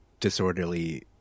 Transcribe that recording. disorderly